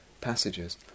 passages